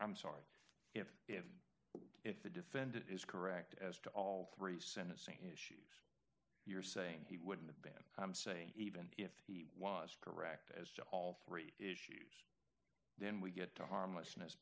i'm sorry if if if the defendant is correct as to all three sentences you're saying he wouldn't have been i'm saying even if he was correct as to all three issues then we get to harmless